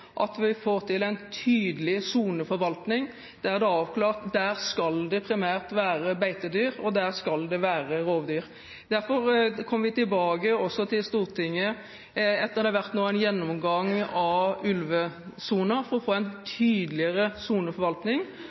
at vi får til en tydelig soneforvaltning, der det er avklart at der skal det primært være beitedyr, og der skal det være rovdyr. Derfor kommer vi tilbake også til Stortinget etter at det nå har vært en gjennomgang av ulvesoner for å få en tydeligere soneforvaltning